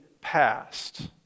past